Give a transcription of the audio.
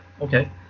Okay